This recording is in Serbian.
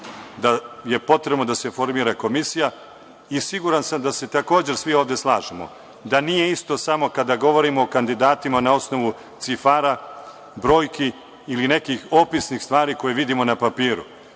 da je potrebno da se formira komisija i siguran sam da se takođe svi ovde slažemo da nije isto samo kada govorimo o kandidatima na osnovu cifara, brojki ili nekih opisnih stvari koje vidimo na papiru,